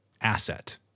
asset